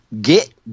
Get